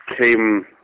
came